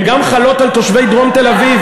הן גם חלות על תושבי דרום תל-אביב,